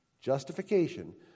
Justification